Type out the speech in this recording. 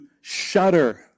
shudder